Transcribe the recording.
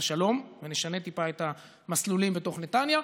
השלום ונשנה טיפה את המסלולים בתוך נתניה.